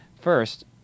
First